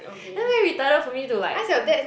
then very retarded for me to like